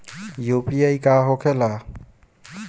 UPI का होखेला?